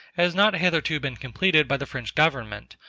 has not hitherto been completed by the french government,